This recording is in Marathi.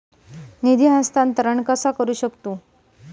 निधी हस्तांतर कसा करू शकतू?